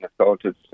assaulted